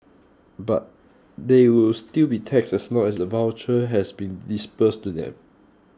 but they will still be taxed as long as the voucher has been disbursed to them